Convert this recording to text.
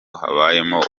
habayemo